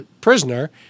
prisoner